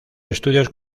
estudios